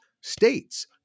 states